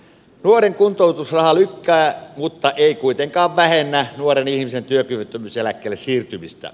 nuoren kuntoutusraha lykkää mutta ei kuitenkaan vähennä nuoren ihmisen työkyvyttömyyseläkkeelle siirtymistä